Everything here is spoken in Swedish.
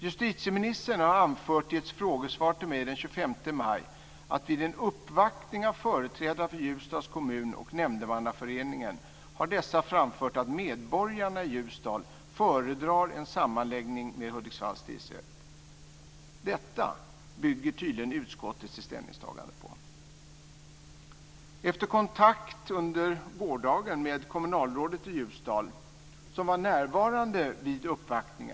Justitieministern har i ett frågesvar till mig den 25 maj anfört att vid en uppvaktning av företrädare för Ljusdals kommun och av nämndemannaföreningen har dessa framfört att medborgarna i Ljusdal föredrar en sammanläggning med Hudiksvalls tingsrätt. Detta bygger tydligen utskottet sitt ställningstagande på. Under gårdagen hade jag kontakt med kommunalrådet i Ljusdal, som var närvarande vid uppvaktningen.